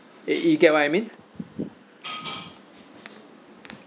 you you get what I mean